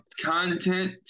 content